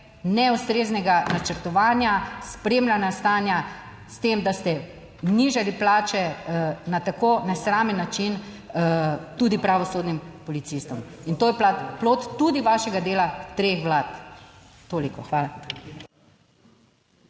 neustreznega načrtovanja, spremljanja stanja s tem, da ste znižali plače na tako nesramen način tudi pravosodnim policistom. In to je plod tudi vašega dela treh Vlad. Toliko. Hvala.